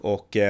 Och